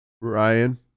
Ryan